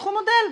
תפתחו מודל.